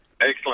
Excellent